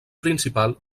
principal